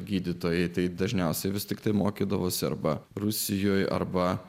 gydytojai tai dažniausiai vis tiktai mokydavosi arba rusijoje arba